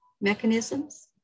mechanisms